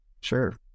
Sure